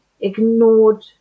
ignored